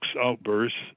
outbursts